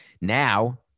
Now